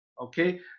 okay